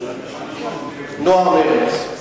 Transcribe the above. יש גוף שנקרא "נוער מרצ".